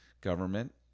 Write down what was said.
government